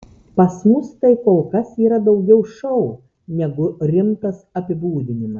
pas mus tai kol kas yra daugiau šou negu rimtas apibūdinimas